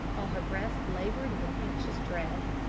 while her breast laboured with anxious dread.